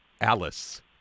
Alice